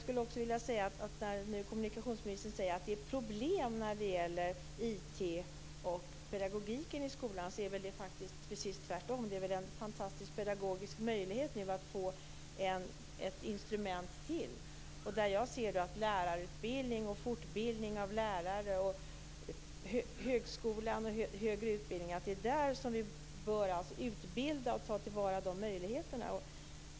Kommunikationsministern säger att det är problem när det gäller IT och pedagogiken i skolorna, men jag skulle vilja säga att det väl faktiskt är tvärtom. Det är ju en fantastisk pedagogisk möjlighet att få ett instrument till. Jag anser att det är när det gäller lärarutbildning och fortbildning av lärare, högskolan och högre utbildning som vi bör ta till vara möjligheterna.